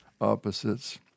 opposites